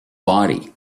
body